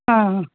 ஆ ஆ